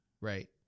Right